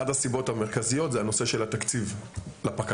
אחת הסיבות המרכזיות זה הנושא של התקציב לפקחים,